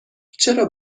چرا